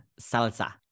salsa